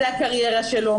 זו הקריירה שלו,